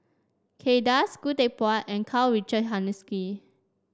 Kay Das Khoo Teck Puat and Karl Richard Hanitsch